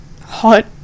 hot